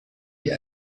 die